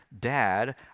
dad